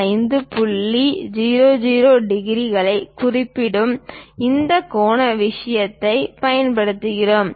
00 டிகிரிகளைக் குறிப்பிடும் இந்த கோண விஷயத்தைப் பயன்படுத்துகிறோம்